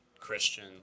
Christian